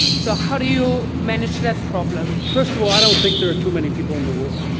so how do you manage that problem? first of all, i don't think there are too many people in the world.